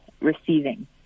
receiving